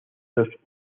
dos